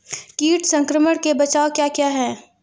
कीट संक्रमण के बचाव क्या क्या हैं?